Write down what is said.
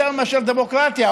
יותר מאשר דמוקרטיה,